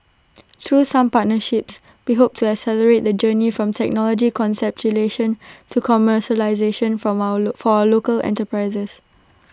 through some partnerships we hope to accelerate the journey from technology conceptualisation to commercialisation from our local for our local enterprises